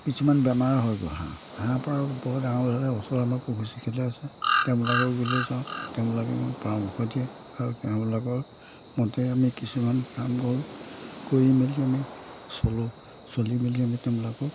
কিছুমান বেমাৰ হয়গৈ হাঁহ হাঁহ পাৰ বহুত ওচৰৰ আমাৰ পশু চিকিৎসালয় আছে তেওঁলোকৰ গুৰিলৈ যাওঁ তেওঁবিলাকে পৰামৰ্শ দিয়ে আৰু তেওঁলোকৰ মতে আমি কিছুমান কাম কৰোঁ কৰি মেলি আমি চলোঁ চলি মেলি আমি তেওঁলোকক